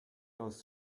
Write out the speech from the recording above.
goes